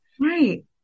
right